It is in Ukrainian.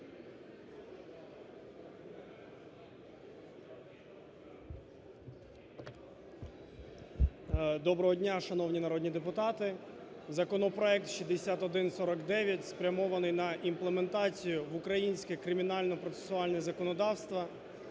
Доброго дня, шановні народні депутати. Законопроект 6149 спрямований на імплементацію в українське кримінально-процесуальне законодавство